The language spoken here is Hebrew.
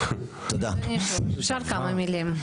כמה מילים.